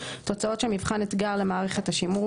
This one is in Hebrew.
3.3. תוצאות של מבחן אתגר למערכת השימור